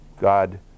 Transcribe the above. God